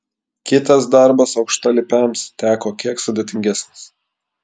kitas darbas aukštalipiams teko kiek sudėtingesnis